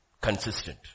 Consistent